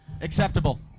Acceptable